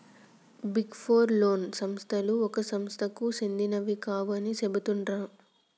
big four లోని సంస్థలు ఒక సంస్థకు సెందినవి కావు అని చెబుతాండ్రు